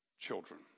children